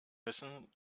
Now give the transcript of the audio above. müssen